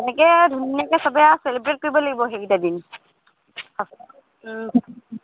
তেনেকৈ ধুনীয়াকৈ সবে আৰু চেলিব্ৰেট কৰিব লাগিব সেইকেইটা দিন